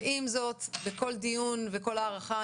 ועם זאת בכל דיון וכל הארכה,